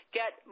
get